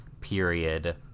period